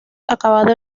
acabado